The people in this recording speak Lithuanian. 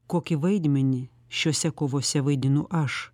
kokį vaidmenį šiose kovose vaidinu aš